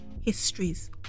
histories